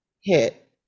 hit